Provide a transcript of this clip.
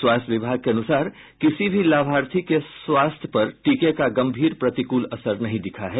स्वास्थ्य विभाग के अनुसार किसी भी लाभार्थी के स्वास्थ्य पर टीके का गम्भीर प्रतिकूल असर नहीं दिखा है